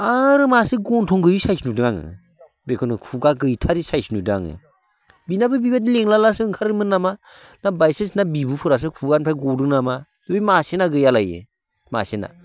आरो मासे गन्थं गैयि सायस नुदों आङो बेखौनो खुगा गैथारै सायस नुदों आङो बेनाबो बेबादिनो लिंलालासो ओंखारोमोन नामा ना बाइ सानस बिबुफोरासो खुगानिफ्राय गदों नामा बै मासेना गैयालायो मासेना